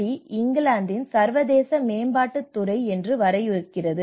D இங்கிலாந்தின் சர்வதேச மேம்பாட்டுத் துறை என்று வரையறுக்கிறது